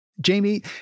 Jamie